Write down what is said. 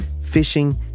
fishing